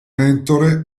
mentore